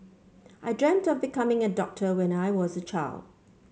I dreamt of becoming a doctor when I was a child